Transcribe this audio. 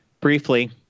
Briefly